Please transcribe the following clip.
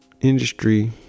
industry